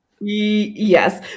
yes